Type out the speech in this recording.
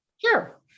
sure